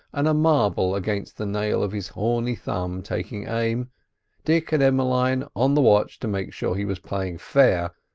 and a marble against the nail of his horny thumb taking aim dick and emmeline on the watch to make sure he was playing fair,